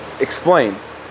explains